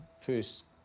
first